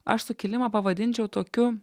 aš sukilimą pavadinčiau tokiu